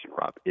Rob